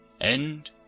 End